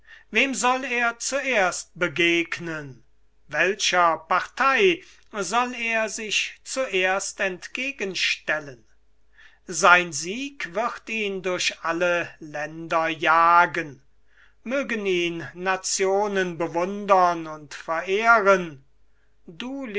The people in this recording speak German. wem soll er zuerst begegnen welcher partei soll er sich zuerst entgegenstellen sein sieg wird ihn durch alle länder jagen mögen ihn nationen bewundern und verehren